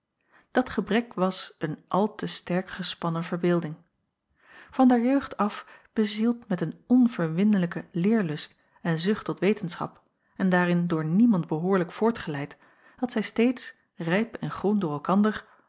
dat gebrek was een al te sterk gespannen verbeelding van der jeugd af bezield met een onverwinlijke leerlust en zucht tot wetenschap en daarin door niemand behoorlijk voortgeleid had zij steeds rijp en groen door elkander